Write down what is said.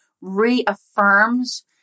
reaffirms